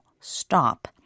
stop